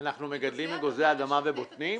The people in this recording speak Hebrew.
אנחנו מגדלים אגוזי אדמה ובוטנים?